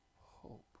hope